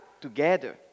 together